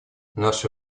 наша